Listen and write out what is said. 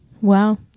Wow